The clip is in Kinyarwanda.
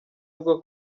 avuga